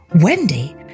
Wendy